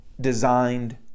designed